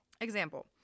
Example